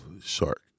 shark